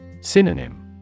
Synonym